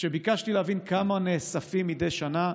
כשביקשתי להבין כמה נאספים מדי שנה,